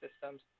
systems